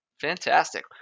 Fantastic